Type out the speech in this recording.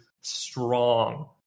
strong